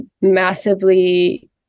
massively